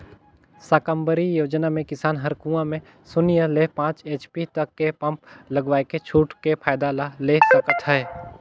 साकम्बरी योजना मे किसान हर कुंवा में सून्य ले पाँच एच.पी तक के पम्प लगवायके छूट के फायदा ला ले सकत है